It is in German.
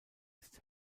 ist